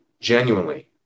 genuinely